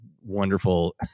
wonderful